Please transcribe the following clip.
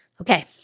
Okay